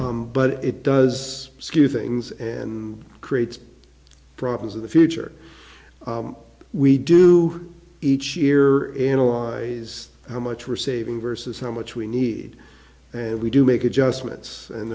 make but it does skew things and creates problems in the future we do each year analyze how much we're saving versus how much we need and we do make adjustments and